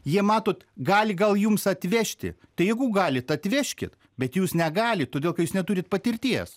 jie matot gali gal jums atvežti tai jeigu galit atvežkit bet jūs negalit todėl ka jūs neturit patirties